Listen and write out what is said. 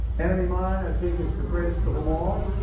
enemy mine, i think, is the greatest of em all,